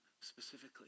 specifically